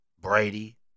Brady